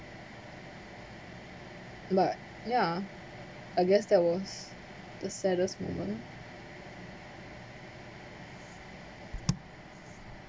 but yeah I guess that was the saddest moment